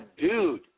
dude